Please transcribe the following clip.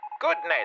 Goodness